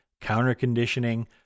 counter-conditioning